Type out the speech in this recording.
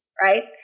right